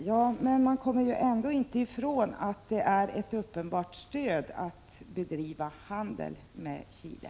Herr talman! Man kommer ändå inte ifrån att det är ett uppenbart stöd att bedriva handel med Chile.